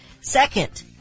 Second